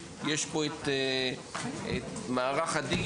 אם יש בעיה טכנולוגית אז יש פה את מערך הדיגיטל.